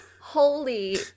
holy